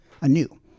anew